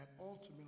ultimately